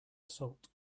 assault